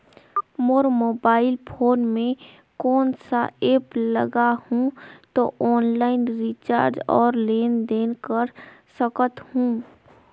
मोर mobile phone मे कोन सा एप्प लगा हूं तो ऑनलाइन रिचार्ज और लेन देन कर सकत हू?